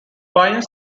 pioneers